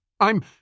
I'm